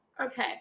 Okay